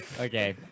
Okay